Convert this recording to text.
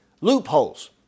loopholes